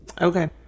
Okay